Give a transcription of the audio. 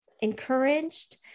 encouraged